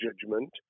judgment